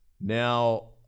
Now